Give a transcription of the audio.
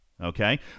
Okay